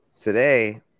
Today